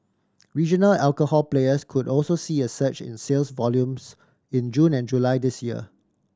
regional alcohol players could also see a surge in sales volumes in June and July this year